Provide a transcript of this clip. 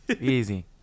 Easy